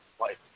life